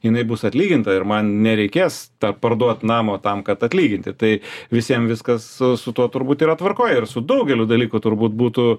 jinai bus atlyginta ir man nereikės tą parduoti namo tam kad atlyginti tai visiem viskas su tuo turbūt yra tvarkoj ir su daugeliu dalykų turbūt būtų